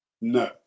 No